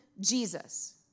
Jesus